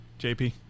JP